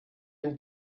den